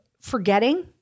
Forgetting